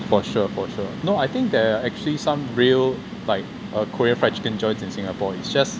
for sure for sure no I think they're actually some real like a korean fried chicken joints in singapore it's just